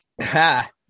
Ha